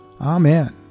Amen